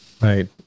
Right